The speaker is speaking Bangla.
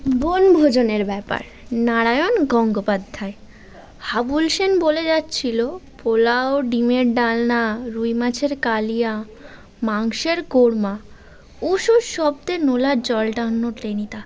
বনভোজনের ব্যাপার নারায়ণ গঙ্গোপাধ্যায় হাবুল সেন বলে যাচ্ছিল পোলাও ডিমের ডালনা রুই মাছের কালিয়া মাংসের কোর্মা উস উস শব্দে নোলার জল টানল টেনিদা